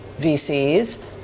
VCs